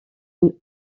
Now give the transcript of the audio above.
une